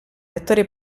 attori